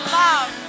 love